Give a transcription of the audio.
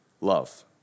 love